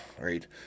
right